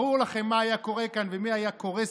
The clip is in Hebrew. ברור לכם מה היה קורה כאן ומי היה קורס